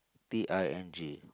T I N G